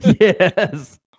Yes